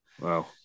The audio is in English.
Wow